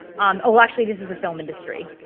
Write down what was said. um oh actually this is the film industry.